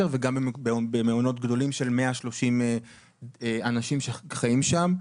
וגם במעונות גדולים של 130 אנשים שחיים שם.